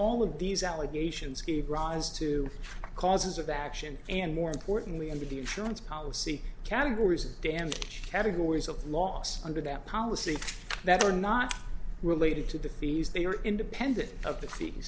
all of these allegations gave rise to causes of action and more importantly under the insurance policy categories of damage categories of loss under that policy that are not related to the fees they are independent